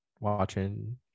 watching